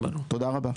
תודה רבה.